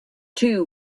two